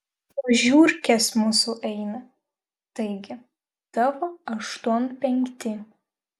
po žiurkės mūsų eina taigi tavo aštuom penkti